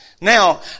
Now